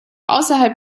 außerhalb